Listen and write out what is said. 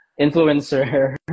influencer